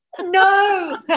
No